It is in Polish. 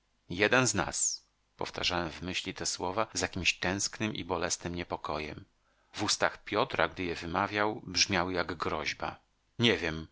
jeden z nas powtarzałem w myśli te słowa z jakimś tęsknym i bolesnym niepokojem w ustach piotra gdy je wymawiał brzmiały jak groźba nie wiem